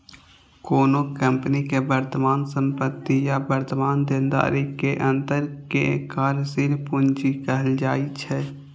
कोनो कंपनी के वर्तमान संपत्ति आ वर्तमान देनदारी के अंतर कें कार्यशील पूंजी कहल जाइ छै